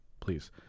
please